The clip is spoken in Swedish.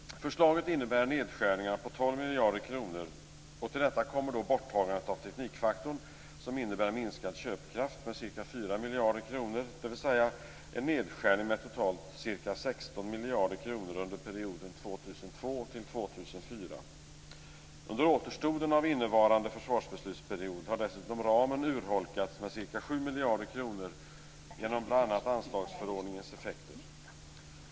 Förslaget innebär nedskärningar på 12 miljarder kronor. Till detta kommer borttagandet av teknikfaktorn, som innebär minskad köpkraft med ca 4 miljarder kronor, dvs. en nedskärning med totalt ca 16 miljarder kronor under perioden 2002-2004. Under återstoden av innevarande försvarsbeslutsperiod har dessutom ramen urholkats med ca 7 miljarder kronor genom bl.a. anslagsförordningens effekter.